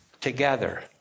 together